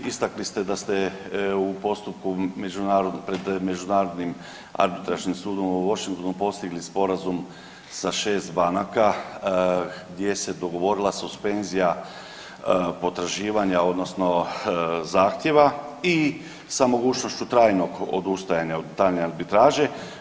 Istakli ste da ste u postupku pred Međunarodnim arbitražnim sudom u Washingtonu postigli sporazum sa šest banaka gdje se dogovorila suspenzija potraživanja odnosno zahtjeva i sa mogućnošću trajnog odustajanja od daljnje arbitraže.